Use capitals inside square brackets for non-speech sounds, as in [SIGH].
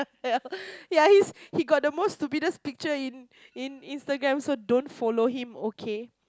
[LAUGHS] yeah he's he got he most stupidest picture in in Instagram so don't follow him okay